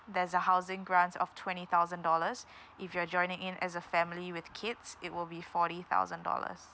there's a housing grants of twenty thousand dollars if you're joining in as a family with kids it will be forty thousand dollars